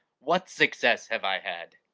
what success have i had?